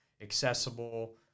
accessible